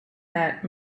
that